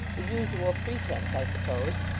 the usual pretence i suppose.